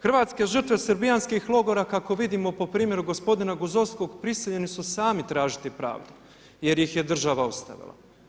Hrvatske žrtve srbijanskih logora kako vidimo po primjeru gospodina Guzovskog prisiljeni su sami tražiti pravdu jer ih je država ostavila.